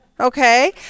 okay